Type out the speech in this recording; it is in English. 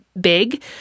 big